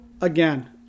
again